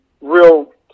real